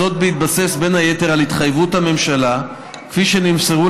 בין היתר בהתבסס על התחייבויות הממשלה כפי שנמסרו